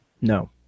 No